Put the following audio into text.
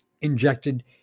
injected